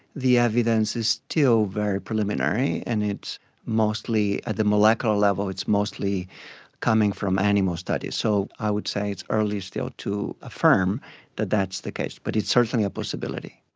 the evidence is still very preliminary and it's mostly, at the molecular level it's mostly coming from animal studies. so i would say it's early still to affirm that that's the case. but it's certainly a possibility.